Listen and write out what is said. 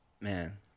Man